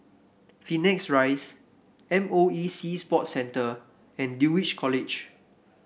Phoenix Rise M O E Sea Sports Centre and Dulwich College